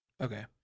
Okay